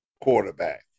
quarterback